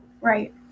right